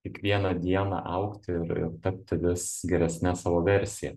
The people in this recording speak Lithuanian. kiekvieną dieną augti ir ir tapti vis geresne savo versija